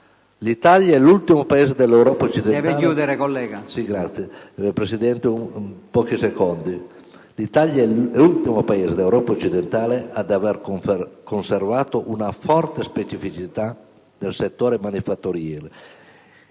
L'Italia è l'ultimo Paese dell'Europa occidentale ad aver conservato una forte specificità nel settore manifatturiero